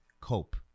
cope